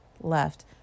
left